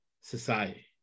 society